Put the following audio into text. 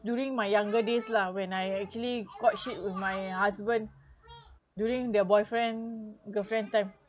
during my younger days lah when I actually courtship with my husband during the boyfriend girlfriend time